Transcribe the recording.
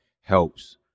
helps